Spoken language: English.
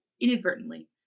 inadvertently